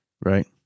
Right